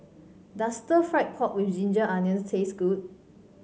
does Stir Fried Pork with Ginger Onions taste good